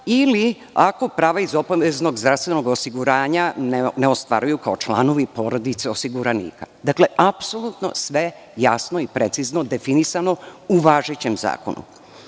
ili ako prava iz obaveznog zdravstvenog osiguranja ne ostvaruju kao članovi porodice osiguranika. Dakle, apsolutno sve jasno i precizno definisano u važećem zakonu.U